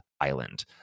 island